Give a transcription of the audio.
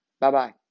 Bye-bye